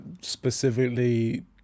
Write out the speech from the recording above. specifically